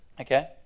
Okay